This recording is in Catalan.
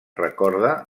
recorda